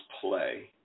play